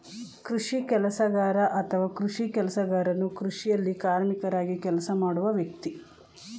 ಕೃಷಿ ಕೆಲಸಗಾರ ಅಥವಾ ಕೃಷಿ ಕೆಲಸಗಾರನು ಕೃಷಿಯಲ್ಲಿ ಕಾರ್ಮಿಕರಾಗಿ ಕೆಲಸ ಮಾಡುವ ವ್ಯಕ್ತಿ